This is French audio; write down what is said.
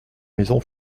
maison